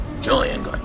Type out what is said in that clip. Julian